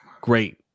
great